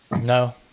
No